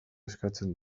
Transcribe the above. eskatzen